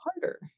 harder